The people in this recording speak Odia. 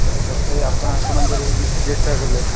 ଆପଣ ଆପଣଙ୍କ ତରଫରୁ କିଛି ଚେଷ୍ଟାକଲେ